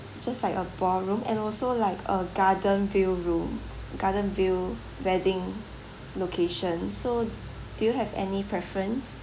just like ballroom and also like a garden view room garden view wedding location so do you have any preference